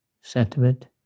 sentiment